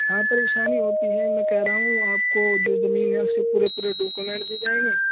ہاں پریشانی ہوتی ہے میں کہہ رہا ہوں آپ کو جو زمین ہے اس کے پورے پورے ڈاکیومنٹ دیے جائیں گے